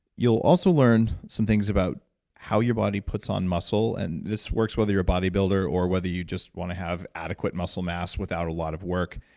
you'll also learn some things about how your body puts on muscle, and this works whether you're a body builder or whether you just want to have adequate muscle mass without a lot of work.